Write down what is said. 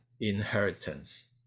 inheritance